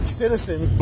citizens